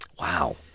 Wow